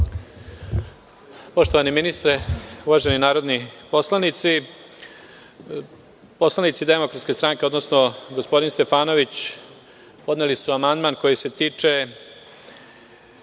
Poštovani ministre, uvaženi narodni poslanici, poslanici DS, odnosno gospodin Stefanović, podneli su amandman koji se tiče